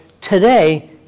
today